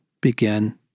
begin